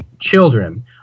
children